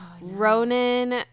Ronan